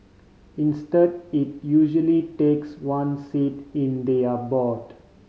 instead it usually takes one seat in their board